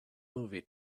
movie